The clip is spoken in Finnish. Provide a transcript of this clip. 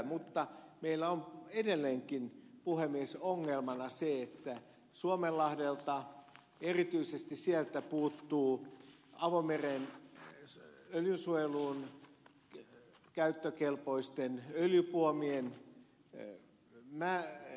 mutta meillä on edelleenkin puhemies ongelmana se että erityisesti suomenlahdelta puuttuu avomeren öljynsuojeluun käyttökelpoisten öljypuomien käyttömahdollisuus